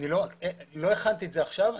לא הכנתי את זה עכשיו,